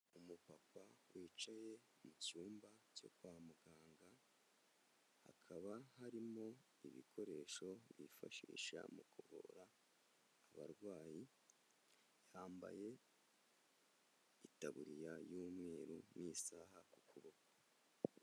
Umupapa wicaye mu cyumba cyo kwa muganga, hakaba harimo ibikoresho yifashisha mu kuvura abarwayi, yambaye itaburiya y'umweru n'isaha ku kuboko.